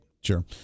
Sure